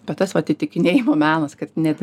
bet tas vat įtikinėjimo menas kad net